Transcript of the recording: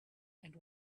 and